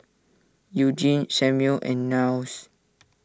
Eugenie Samual and Niles